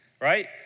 right